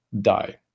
die